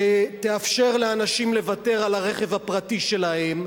שתאפשר לאנשים לוותר על הרכב הפרטי שלהם,